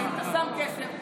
אם אתה שם כסף,